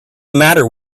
matter